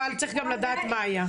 אבל צריך גם לדעת מה היה.